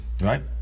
right